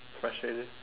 question